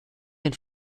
den